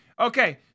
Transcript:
Okay